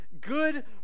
good